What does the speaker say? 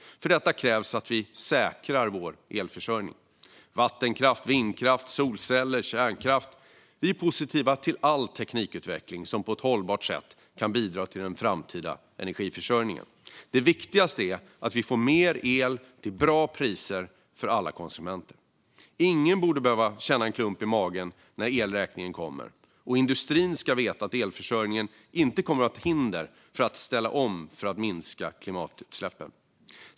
För detta krävs att vi säkrar vår elförsörjning. Vattenkraft, vindkraft, solceller, kärnkraft - vi är positiva till all teknikutveckling som på ett hållbart sätt kan bidra till den framtida energiförsörjningen. Det viktigaste är att vi får mer el till bra priser för alla konsumenter. Ingen borde behöva känna en klump i magen när elräkningen kommer. Och industrin ska veta att elförsörjningen inte kommer att vara ett hinder för att ställa om för att minska klimatutsläppen.